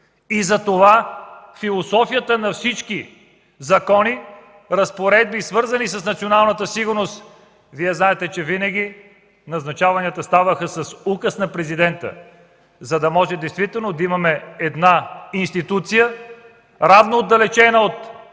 Затова философията на всички закони и разпоредби, свързани с националната сигурност, беше назначенията да стават с указ на Президента, за да може действително да имаме една институция, равно отдалечена от